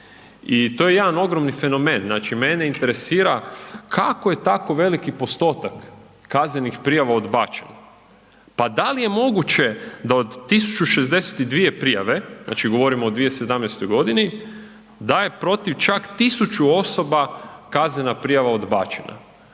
i to je jedan ogromni fenomen, znači mene interesira kako je tako veliki postotak kaznenih prijava odbačen. Pa da li je moguće da od 1062 prijave, znači govorimo o 2017.g., da je protiv čak 1000 osoba kaznena prijava odbačena.